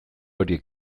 horiek